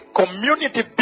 community